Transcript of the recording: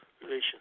Relations